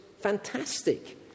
fantastic